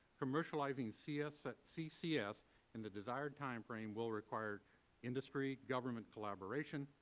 commercializing ccs ah ccs in the desired time frame will require industry-government collaboration,